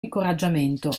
incoraggiamento